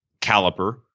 caliper